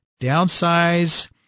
downsize